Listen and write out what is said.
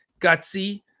gutsy